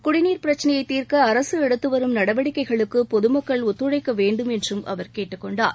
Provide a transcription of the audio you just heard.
குடிநீர் பிரச்சினையை தீர்க்க அரசு எடுத்துவரும் நடவடிக்கைகளுக்கு பொதுமக்கள் ஒத்துழைக்க வேண்டும் என்றும் அவர் கேட்டுக்கொண்டார்